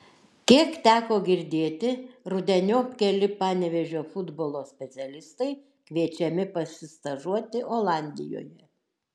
kiek teko girdėti rudeniop keli panevėžio futbolo specialistai kviečiami pasistažuoti olandijoje